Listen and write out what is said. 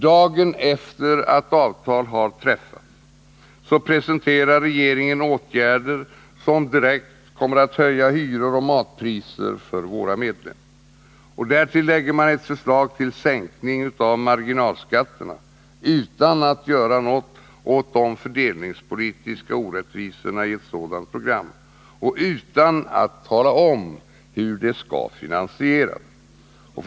Dagen efter det att avtalet har träffats presenterar regeringen åtgärder som direkt kommer att höja hyror och matpriser för våra medlemmar. Därtill lägger man ett förslag till sänkning av marginalskatterna, utan att göra något åt de fördelningspolitiska orättvisorna i ett sådant program, och utan att tala om hur det skall finansieras.